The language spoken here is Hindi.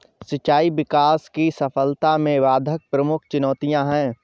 सिंचाई विकास की सफलता में बाधक प्रमुख चुनौतियाँ है